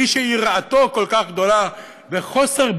מי שיראתו כל כך